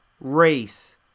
race